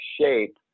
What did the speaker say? shape